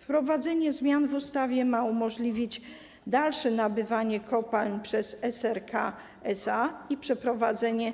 Wprowadzenie zmian w ustawie ma umożliwić dalsze nabywanie kopalń przez SRK SA i przeprowadzenie